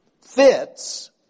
fits